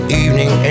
evening